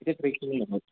इथे प्रेक्ष